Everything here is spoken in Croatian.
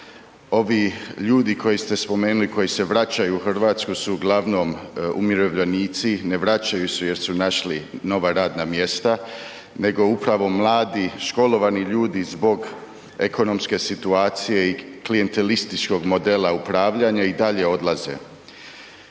ovi ljudi koje ste spomenuli koji se vraćaju u Hrvatsku su uglavnom umirovljenici, ne vraćaju se jer su našli nova radna mjesta nego upravo mladi školovani ljudi zbog ekonomske situacije i klijentelističkog modela upravljanja i dalje odlaze.